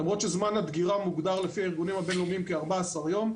למרות שזמן הדגירה מוגדר לפי הארגונים הבינלאומיים כ-14 ימים,